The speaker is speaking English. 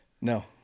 No